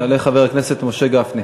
יעלה חבר הכנסת משה גפני,